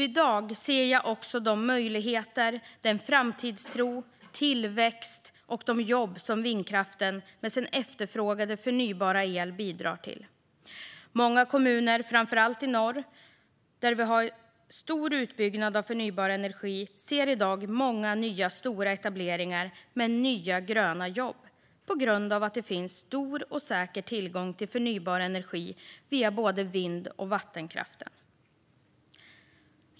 I dag ser jag också de möjligheter, den framtidstro, den tillväxt och de jobb som vindkraften med sin efterfrågade förnybara el bidrar till. Många kommuner, framför allt i norr, där vi har stor utbyggnad av förnybar energi, ser många nya stora etableringar med nya gröna jobb tack vare att det finns stor och säker tillgång till förnybar energi via vind och vattenkraft.